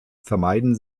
vermeiden